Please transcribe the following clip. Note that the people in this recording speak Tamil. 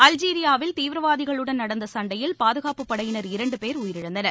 அல்ஜீரியாவில் தீவிரவாதிகளுடன் நடந்த சண்டையில் பாதுகாப்புப் படையினர் இரண்டு பேர் உயிரிழந்தனர்